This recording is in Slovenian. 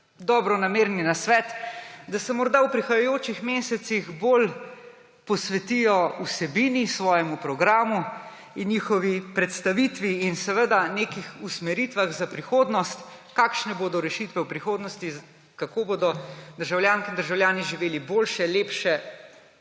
dobronamerni nasvet, da se morda v prihajajočih mesecih bolj posvetijo vsebini, svojemu programu in njegovi predstavitvi in nekim usmeritvam za prihodnost, kakšne bodo rešitve v prihodnosti, kako bodo državljanke in državljani živeli boljše, lepše